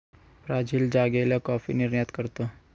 Brazil जागेला coffee निर्यात करतो